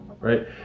right